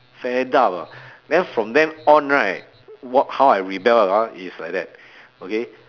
fed up ah then from then on right wh~ how I rebel ah is like that okay